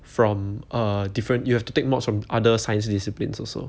from a different you have to take mods from other science disciplines also